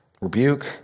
rebuke